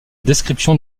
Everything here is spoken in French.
description